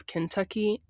Kentucky